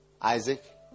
Isaac